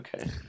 Okay